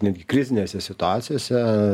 netgi krizinėse situacijose